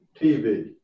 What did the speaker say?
TV